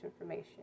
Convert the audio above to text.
information